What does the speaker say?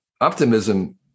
optimism